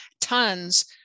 tons